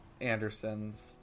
Anderson's